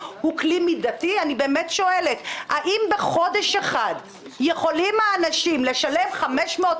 אני באמת חושבת שמן הראוי שנשב ונדון גם במרקם האנושי ולא